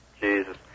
Jesus